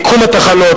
מיקום התחנות,